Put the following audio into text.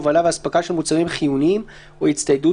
הובלה ואספקה של מוצרים חיוניים או הצטיידות